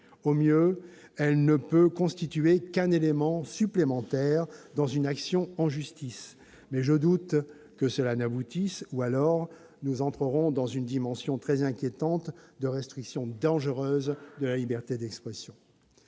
Au mieux, elle ne peut constituer qu'un élément supplémentaire dans une action en justice, mais je doute que cela aboutisse, ou nous entrerons alors dans une dimension inquiétante de restriction de la liberté d'expression